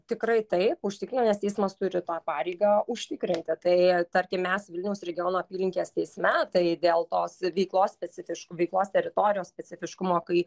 tikrai taip užtikrina nes teismas turi tą pareigą užtikrinti tai tarkim mes vilniaus regiono apylinkės teisme tai dėl tos veiklos specifiškų veiklos teritorijos specifiškumo kai